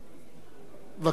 בבקשה, השר מרגי.